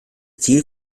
ziel